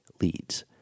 leads